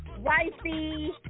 wifey